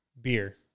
Beer